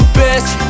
best